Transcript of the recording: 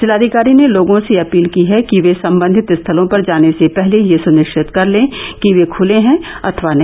जिलाधिकारी ने लोगों से अपील की है कि वे सम्बंधित स्थर्लों पर जाने से पहले यह सुनिश्चित कर लें कि वे खुले हैं अथवा नहीं